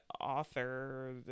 author